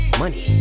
money